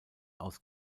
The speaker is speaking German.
aus